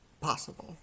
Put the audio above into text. possible